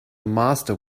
master